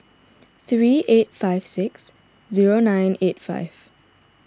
three eight five six zero nine eight five